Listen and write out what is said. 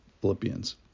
Philippians